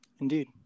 indeed